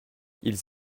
ils